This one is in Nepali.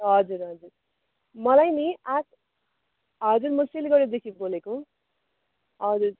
हजुर हजुर मलाई नि आज हजुर म सिलगढीदेखि बोलेको हजुर